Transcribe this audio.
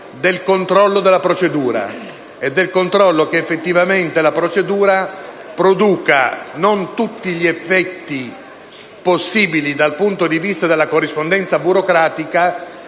sul controllo della procedura, per verificare che effettivamente questa produca non tutti gli effetti possibili dal punto di vista della corrispondenza burocratica,